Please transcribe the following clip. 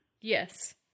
Yes